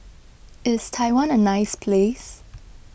is Taiwan a nice place